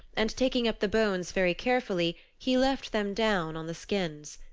and taking up the bones very carefully, he left them down on the skins.